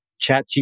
ChatGPT